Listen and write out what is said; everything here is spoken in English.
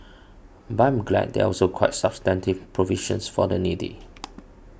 but I am glad there are also quite substantive provisions for the needy